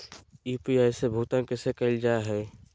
UPI से भुगतान कैसे कैल जहै?